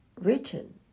written